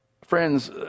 friends